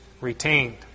retained